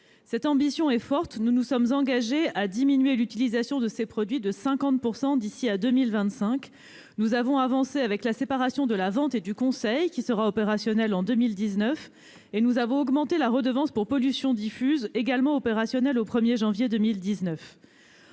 Cette ambition est forte : nous nous sommes engagés à diminuer l'utilisation de ces produits de 50 % d'ici à 2025, nous avons avancé sur la séparation de la vente et du conseil, qui sera opérationnelle en 2019, et nous avons procédé à l'augmentation de la redevance pour pollutions diffuses, également opérationnelle au 1 janvier 2019.